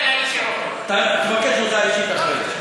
תופעת הביוש ברשת,